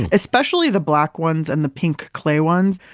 especially the black ones and the pink clay ones.